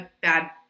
bad